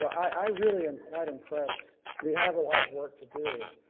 i really am quite impressed. we have a lot of work to do.